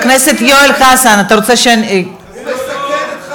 הוא מתיר את דמנו.